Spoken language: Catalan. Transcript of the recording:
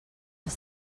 els